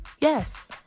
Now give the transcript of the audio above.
yes